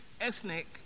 ethnic